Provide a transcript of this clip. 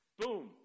boom